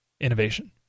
innovation